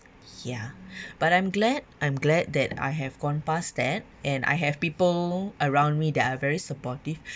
ya but I'm glad I'm glad that I have gone past that and I have people around me that are very supportive